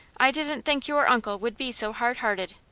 i didn't think your uncle would be so hard-hearted.